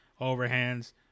overhands